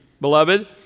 beloved